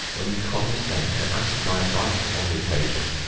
when you condescend to ask my advice on the occasion?